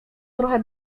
trochę